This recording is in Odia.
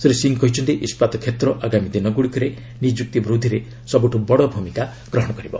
ଶ୍ରୀ ସିଂ କହିଛନ୍ତି ଇସ୍କାତ କ୍ଷେତ୍ର ଆଗାମୀ ଦିନଗୁଡ଼ିକରେ ନିଯୁକ୍ତି ବୃଦ୍ଧିରେ ସବୁଠୁ ବଡ଼ ଭୂମିକା ଗ୍ରହଣ କରିବ